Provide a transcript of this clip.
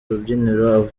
rubyiniro